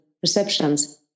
perceptions